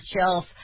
shelf